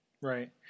Right